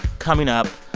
coming up,